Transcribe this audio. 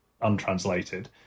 untranslated